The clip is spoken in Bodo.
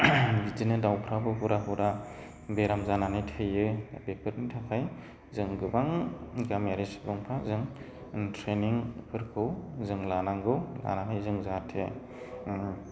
बिदिनो दाउफ्राबो हुरा हुरा बेराम जानानै थैयो बेफोरनि थाखाय जों गोबां गामियारि सुबुंफोरनो जों ट्रेनिंफोरखौ जों लानांगौ लानानै जोङो जाहाथे